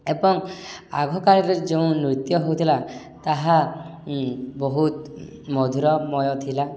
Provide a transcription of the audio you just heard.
ଏବଂ ଆଗକାଳରେ ଯେଉଁ ନୃତ୍ୟ ହଉଥିଲା ତାହା ବହୁତ ମଧୁରମୟ ଥିଲା